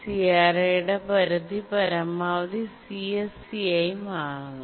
CRiയുടെ പരിധി പരമാവധി CSC ആയി മാറുന്നു